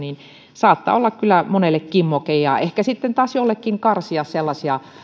saattaa olla kyllä monelle kimmoke ehkä sitten taas joltakin karsia sellaisia